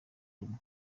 rumwe